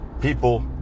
people